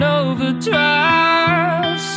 overdrive